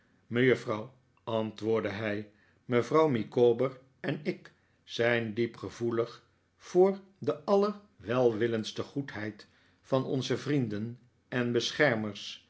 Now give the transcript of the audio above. mejuffrouw antwoordde hij mevrouw micawber en ik zijn diep gevoelig voor de allerwelwillendste goedheid van onze vrienden en beschermers